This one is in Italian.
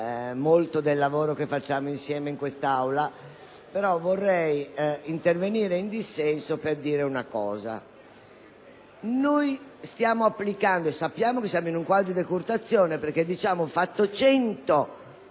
molto del lavoro che facciamo insieme in quest'Aula, però vorrei intervenire in dissenso per dire una cosa. Noi sappiamo che siamo in un quadro di decurtazione perché, assunto